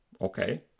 okay